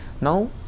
Now